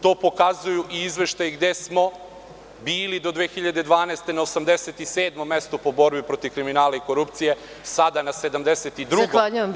To pokazuju i izveštaji gde smo bili do 2012. godine na 87. mestu po borbi protiv kriminala i korupcije, sada na 72 mestu…